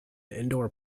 indoor